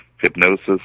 hypnosis